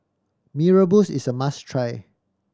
Mee Rebus is a must try